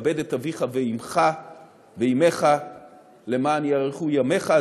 "כבד את אביך ואת אמך למען יארכון ימיך",